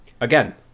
Again